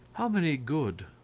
how many good?